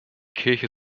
kirche